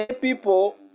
People